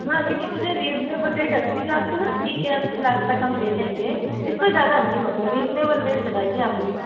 हाँ क्योंकि मुझे रीजनेबल रेट अस्सी लाख चलो ठीक है अस्सी लाख तक हम ले लेंगे इससे ज़्यादा नहीं मगर रीजनेबल रेट लगाइए आप प्लीज़